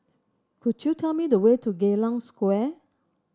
could you tell me the way to Geylang Square